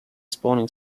spawning